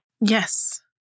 Yes